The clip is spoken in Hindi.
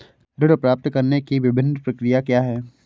ऋण प्राप्त करने की विभिन्न प्रक्रिया क्या हैं?